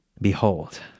Behold